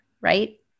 right